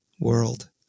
world